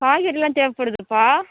காய்கறிலாம் தேவைப்படுதுப்பா